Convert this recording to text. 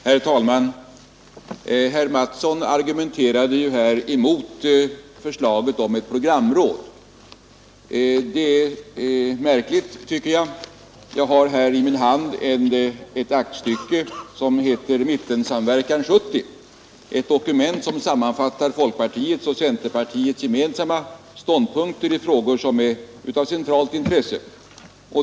Herr talman! Herr Mattsson argumenterade här emot förslaget om ett programråd. Det tycker jag är märkligt. Jag har här i min hand ett aktstycke som heter Mittensamverkan 70, ett dokument som samman fattar folkpartiets och centerpartiets gemensamma ståndpunkter i frågor som är av centralt intresse.